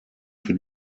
für